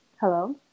Hello